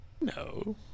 No